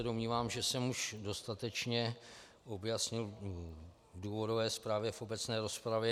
Domnívám se, že jsem už dostatečně objasnil v důvodové zprávě v obecné rozpravě.